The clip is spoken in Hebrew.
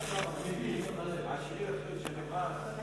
אדוני היושב-ראש,